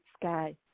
sky